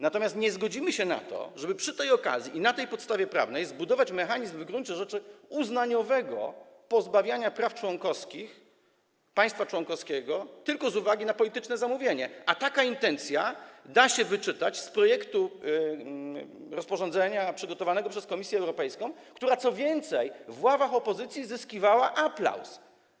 Natomiast nie zgodzimy się na to, żeby przy tej okazji i na tej podstawie prawnej zbudować mechanizm w gruncie rzeczy uznaniowego pozbawiania państwa członkowskiego praw członkowskich tylko z uwagi na polityczne zamówienie, a taką intencję da się wyczytać z projektu rozporządzenia przygotowanego przez Komisję Europejską, które, co więcej, w ławach opozycji zyskiwało aplauz.